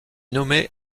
nommée